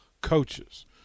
coaches